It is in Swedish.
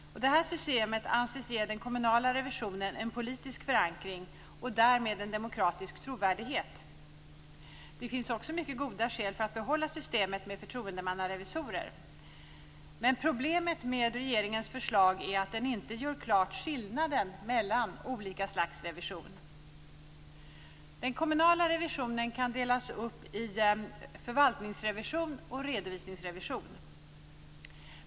Det här systemet anses ge den kommunala revisionen en politisk förankring och därmed en demokratisk trovärdighet. Det finns också mycket goda skäl för att behålla systemet med förtroendemannarevisorer. Problemet med regeringens förslag är att det inte gör klart skillnaden mellan olika slags revision. Den kommunala revisionen kan delas upp i en förvaltningsrevision och en redovisningsrevision.